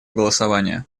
голосования